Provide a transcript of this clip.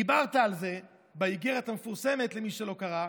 דיברת על זה, באיגרת המפורסמת, למי שלא קרא: